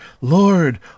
Lord